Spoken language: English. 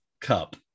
Cup